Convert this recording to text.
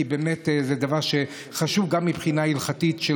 כי זה דבר שחשוב גם מבחינה הלכתית,